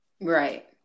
Right